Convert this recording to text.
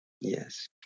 Yes